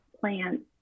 plants